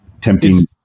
tempting